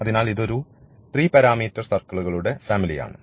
അതിനാൽ ഇതൊരു 3 പരാമീറ്റർ സർക്കിളുകളുടെ ഫാമിലി ആണ്